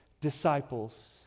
disciples